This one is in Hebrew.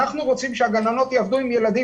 אנחנו רוצים שהגננות יעבדו עם ילדים,